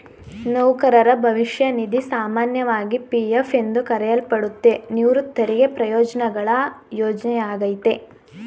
ನೌಕರರ ಭವಿಷ್ಯ ನಿಧಿ ಸಾಮಾನ್ಯವಾಗಿ ಪಿ.ಎಫ್ ಎಂದು ಕರೆಯಲ್ಪಡುತ್ತೆ, ನಿವೃತ್ತರಿಗೆ ಪ್ರಯೋಜ್ನಗಳ ಯೋಜ್ನೆಯಾಗೈತೆ